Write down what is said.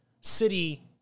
city